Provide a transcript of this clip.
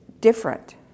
different